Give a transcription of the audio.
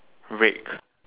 rake